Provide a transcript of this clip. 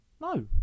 no